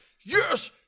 Yes